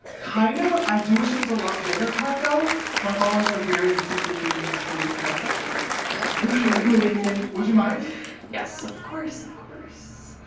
kind of i do wish it was a lot bigger part though my followers are very used to seeing me and hoodies and sweatpants at this point amazing, would you mind yes of course of course?